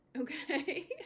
Okay